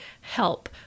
help